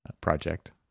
project